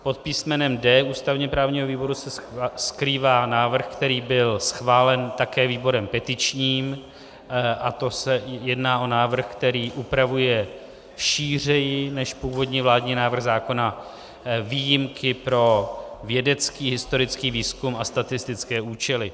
Pod písmenem D ústavněprávního výboru se skrývá návrh, který byl schválen také výborem petičním, a to se jedná o návrh, který upravuje šířeji než původní vládní návrh zákona výjimky pro vědecký historický výzkum a statistické účely.